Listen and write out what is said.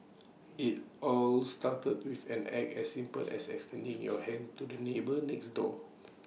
IT all started with an act as simple as extending your hand to the neighbour next door